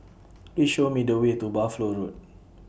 Please Show Me The Way to Buffalo Road